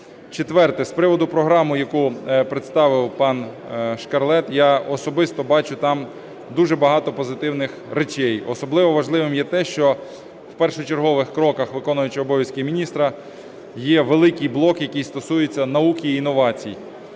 Четверте. З приводу програми, яку представив пан Шкарлет, я особисто бачу там дуже багато позитивних речей. Особливо важливим є те, що в першочергових кроках виконуючого обов'язки міністра є великий блок, який стосується науки і інновацій.